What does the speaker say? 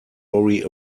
worry